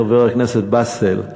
חבר הכנסת באסל,